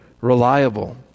reliable